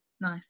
Nice